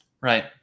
Right